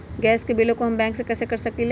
Gas के बिलों हम बैंक से कैसे कर सकली?